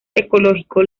ecológico